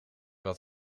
wat